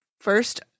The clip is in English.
first